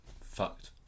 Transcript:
fucked